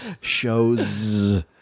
Shows